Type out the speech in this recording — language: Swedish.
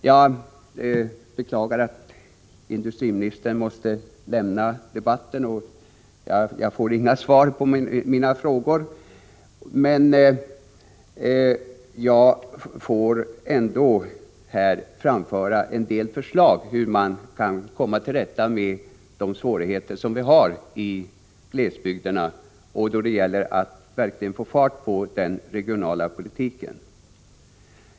Jag beklagar att industriministern måste lämna kammaren, varför jag inte får några svar på mina frågor. Jag vill ändå framföra en del förslag hur man skulle kunna komma till rätta med de svårigheter som glesbygderna har då det gäller att få fart på den regionala politiken.